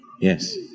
Yes